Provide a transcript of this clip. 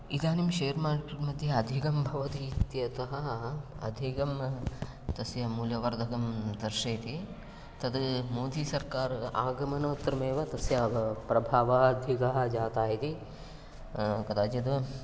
इदानीं share market मध्ये अधिकं भवति इत्यतः अधिकं तस्य मूल्यवर्धकं दर्शयति तद् मोदीसर्कार् आगमनोत्तरमेव तस्य अपि प्रभावः अधिकः जातः इति कदाचित्